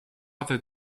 other